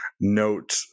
note